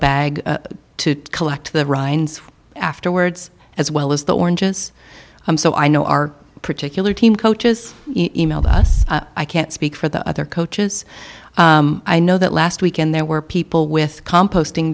bag to collect the rinds afterwards as well as the oranges i'm so i know our particular team coaches emailed us i can't speak for the other coaches i know that last weekend there were people with composting